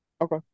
okay